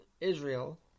Israel